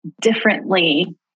differently